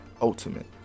Ultimate